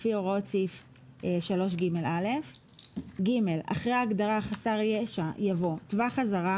לפי הוראות סעיף 3ג(א); (ג) אחרי ההגדרה "חסר ישע" יבוא: ""טווח אזהרה"